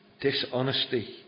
dishonesty